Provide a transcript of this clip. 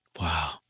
Wow